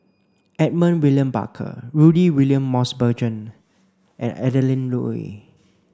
Edmund William Barker Rudy William Mosbergen and Adeline Ooi